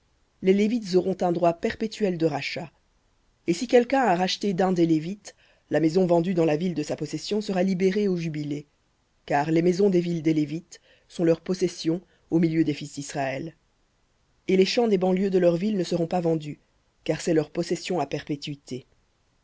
les lévites auront un droit perpétuel de rachat et si quelqu'un a racheté d'un des lévites la maison vendue dans la ville de sa possession sera libérée au jubilé car les maisons des villes des lévites sont leur possession au milieu des fils disraël et les champs des banlieues de leurs villes ne seront pas vendus car c'est leur possession à perpétuité